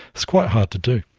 it's quite hard to do.